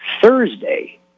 Thursday